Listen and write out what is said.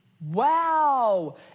Wow